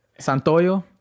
Santoyo